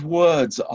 words